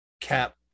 Cap